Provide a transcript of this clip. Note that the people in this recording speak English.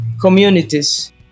communities